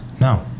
No